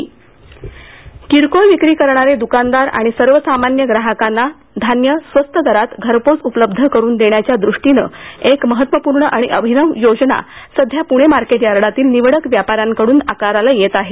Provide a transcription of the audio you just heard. स्वस्त दरात धान्य किरकोळ विक्री करणारे द्कानदार आणि सर्वसामान्य ग्राहकांना धान्य स्वस्त दरात घरपोच उपलब्ध करुन देण्याच्या दृष्टीनं एक महत्वपूर्ण आणि अभिनव योजना सध्या पूणे मार्केट यार्डातील निवडक व्यापाऱ्यांकडून आकाराला येत आहे